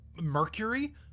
mercury